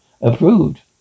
Approved